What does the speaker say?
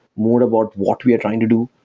more about what we are trying to do.